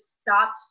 stopped